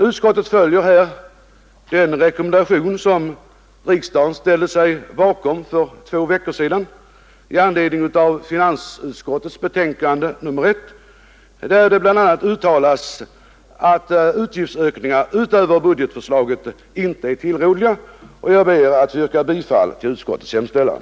Utskottet följer här den rekommendation som riksdagen ställde sig bakom för två veckor sedan i anledning av finansutskottets betänkande nr 1, där det bl.a. uttalas att utgiftsökningar utöver budgetförslaget inte är tillrådliga. Jag ber att få yrka bifall till utskottets hemställan.